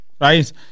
right